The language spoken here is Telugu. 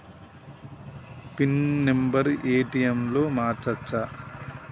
పిన్ నెంబరు ఏ.టి.ఎమ్ లో మార్చచ్చా?